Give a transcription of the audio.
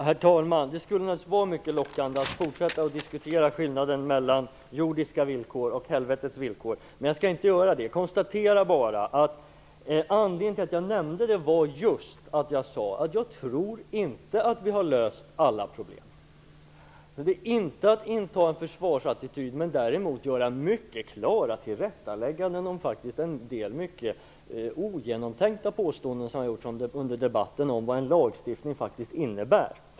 Herr talman! Det skulle naturligtvis vara mycket lockande att fortsätta att diskutera skillnaden mellan jordiska villkor och helvetets villkor. Men jag skall inte göra det. Jag påpekar bara att anledningen till att jag nämnde detta var just att jag inte tror att vi har löst alla problem. Det är inte att inta en försvarsattityd. Däremot är det att göra mycket klara tillrättalägganden av en del mycket ogenomtänkta påståenden som gjorts under debatten om vad en lagstiftning faktiskt innebär.